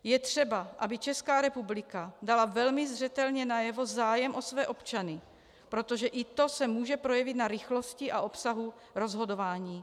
Je třeba, aby Česká republika dala velmi zřetelně najevo zájem o své občany, protože i to se může projevit na rychlosti a obsahu rozhodování.